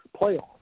playoffs